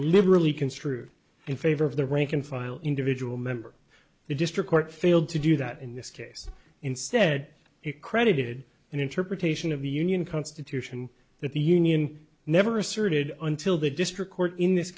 liberally construed in favor of the rank and file individual member the district court failed to do that in this case instead it credited an interpretation of the union constitution that the union never asserted until the district court in this